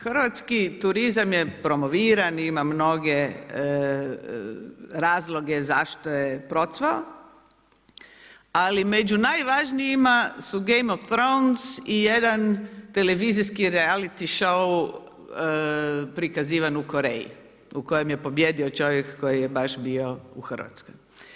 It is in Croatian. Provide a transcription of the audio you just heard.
Hrvatski turizam je promoviran, ima mnoge razloge zašto je procvao, ali među najvažnijima su Game of Thrones i jedan televizijski reality show prikazivan u Koreji u kojem je pobijedio čovjek koji je baš bio u Hrvatskoj.